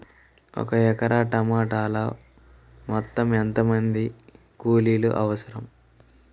ఒక ఎకరా టమాటలో మొత్తం ఎంత మంది కూలీలు అవసరం?